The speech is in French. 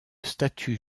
statut